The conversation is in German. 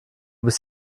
bist